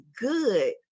good